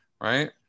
right